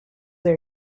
they